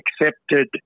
accepted